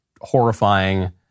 horrifying